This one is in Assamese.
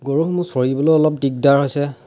গৰুবোৰ চৰিবলৈ অলপ দিগদাৰ হৈছে